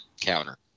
counter